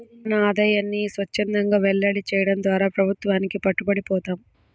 మన ఆదాయాన్ని స్వఛ్చందంగా వెల్లడి చేయడం ద్వారా ప్రభుత్వానికి పట్టుబడి పోతాం